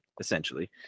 Essentially